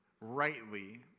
rightly